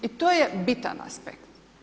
I to je bitan aspekt.